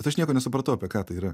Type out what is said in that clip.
bet aš nieko nesupratau apie ką tai yra